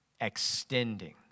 extending